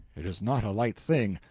it is not a light thing,